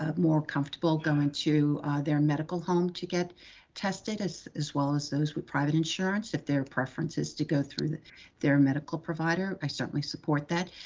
ah more comfortable going to their medical home to get tested as as well as those with private insurance, if their preference is to go through their medical provider. i certainly support that.